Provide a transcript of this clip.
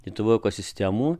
lietuvoje ekosistemų